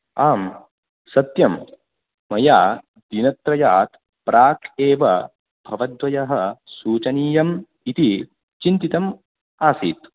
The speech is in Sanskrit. आं सत्यं मया दिनत्रयात् प्राक् एव भवद्द्वयः सूचनीयम् इति चिन्तितम् आसीत्